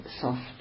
soft